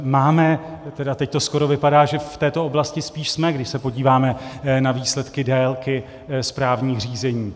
Máme, tedy teď to skoro vypadá, že v této oblasti spíš jsme, když se podíváme na výsledky délky správních řízení.